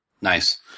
Nice